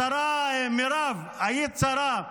השרה מירב, היית שרה.